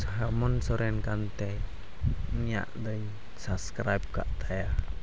ᱦᱮᱢᱚᱱᱛ ᱥᱚᱨᱮᱱ ᱠᱟᱱ ᱛᱮᱭ ᱩᱱᱤᱭᱟᱜ ᱫᱚᱧ ᱥᱟᱵᱥᱠᱨᱟᱭᱤᱵᱽ ᱠᱟᱜ ᱛᱟᱭᱟ